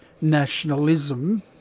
nationalism